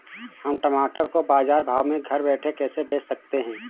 हम टमाटर को बाजार भाव में घर बैठे कैसे बेच सकते हैं?